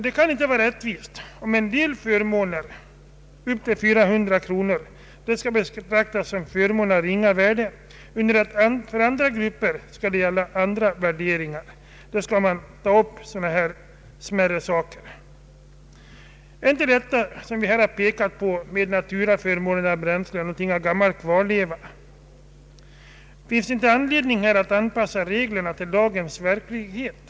Det kan inte vara rättvist att en del förmåner till ett värde av upp till 400 kronor skall betraktas som förmån av ringa värde, under det att för andra grupper skall gälla andra värderingar och sådana smärre saker tas upp. Är inte detta med naturaförmåner, som vi här har pekat på, någonting av gammal kvarleva? Finns det inte anledning att anpassa reglerna till dagens verklighet?